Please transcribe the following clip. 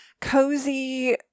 cozy